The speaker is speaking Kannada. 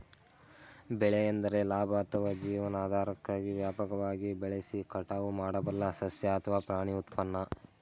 ಬೆಳೆ ಎಂದರೆ ಲಾಭ ಅಥವಾ ಜೀವನಾಧಾರಕ್ಕಾಗಿ ವ್ಯಾಪಕವಾಗಿ ಬೆಳೆಸಿ ಕಟಾವು ಮಾಡಬಲ್ಲ ಸಸ್ಯ ಅಥವಾ ಪ್ರಾಣಿ ಉತ್ಪನ್ನ